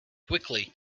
quickly